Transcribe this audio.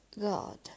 god